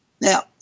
Now